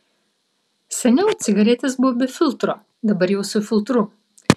seniau cigaretės buvo be filtro dabar jau su filtru